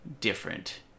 different